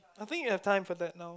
I think you have time for that now